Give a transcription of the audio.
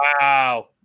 Wow